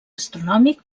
astronòmic